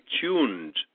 tuned